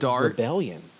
rebellion